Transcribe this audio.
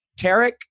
Tarek